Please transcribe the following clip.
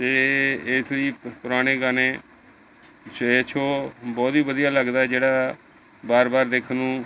ਅਤੇ ਇਸ ਲਈ ਪੁਰਾਣੇ ਗਾਣੇ ਬਹੁਤ ਹੀ ਵਧੀਆ ਲੱਗਦਾ ਜਿਹੜਾ ਵਾਰ ਵਾਰ ਦੇਖਣ ਨੂੰ